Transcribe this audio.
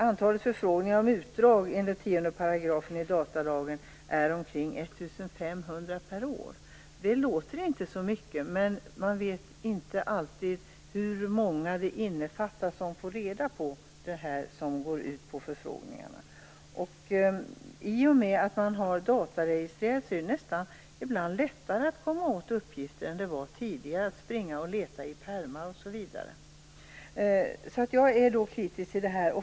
Antalet förfrågningar om utdrag enligt 10 § datalagen är omkring 1 500 per år. Det låter inte så mycket, men man vet inte alltid hur många det är som får reda på det som går ut i samband med förfrågningarna. I och med att man har dataregister är det ibland nästan lättare att komma åt uppgifter än det var tidigare då man sprang och letade i pärmar osv. Jag är alltså kritisk till det här.